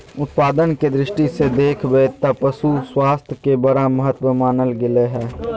उत्पादन के दृष्टि से देख बैय त पशु स्वास्थ्य के बड़ा महत्व मानल गले हइ